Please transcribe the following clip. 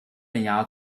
镇压